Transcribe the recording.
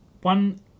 One